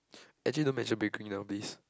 actually don't mention bakering nowadays